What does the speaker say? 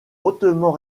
hautement